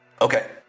okay